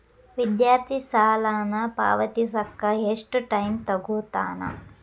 ವಿದ್ಯಾರ್ಥಿ ಸಾಲನ ಪಾವತಿಸಕ ಎಷ್ಟು ಟೈಮ್ ತೊಗೋತನ